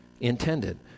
intended